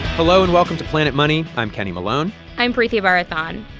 hello, and welcome to planet money. i'm kenny malone i'm preeti varathan.